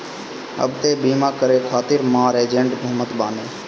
अब तअ बीमा करे खातिर मार एजेन्ट घूमत बाने